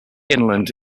inland